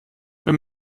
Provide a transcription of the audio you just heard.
wenn